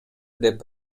деп